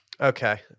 Okay